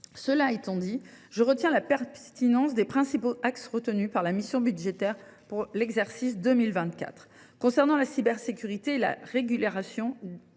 Cela étant dit, je relève la pertinence des principaux axes retenus par la mission budgétaire pour l’exercice 2024, concernant la cybersécurité et la régulation